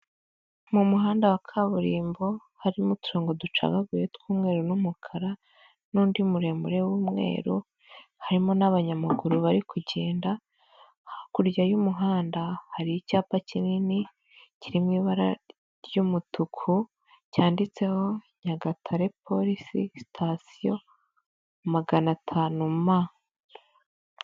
Mu muhanda wa kaburimbo harimo uturongogo ducagaguye tw'umweru n'umukara n'undi muremure w'umweru, harimo n'abanyamaguru bari kugenda, hakurya y'umuhanda hari icyapa kinini kiri mu ibara ry'umutuku cyanditseho Nyagatare polisi sitatiyo magana atanu ma.